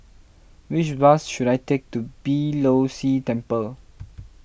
which bus should I take to Beeh Low See Temple